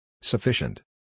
Sufficient